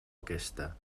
aquesta